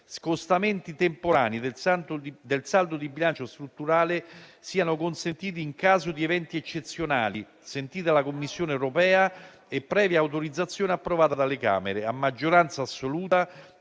scostamenti temporanei del saldo di bilancio strutturale siano consentiti in caso di eventi eccezionali, sentita la Commissione europea e previa autorizzazione approvata dalle Camere, a maggioranza assoluta